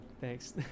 Thanks